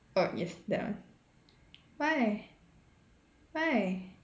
orh yes that one why why